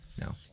No